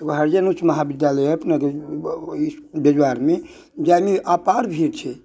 एगो हरिजन अछि महाबिद्यालय अछि अपना अछि जजुआर मे जाहिमे अपार भीड़ छै